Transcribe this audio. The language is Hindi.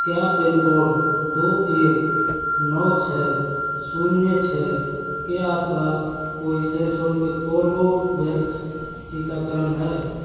क्या पिनकोड दो एक नौ छः शून्य छः के आस पास कोई सशुल्क कोर्बेबैक्स टीकाकरण है